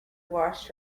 washed